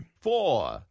four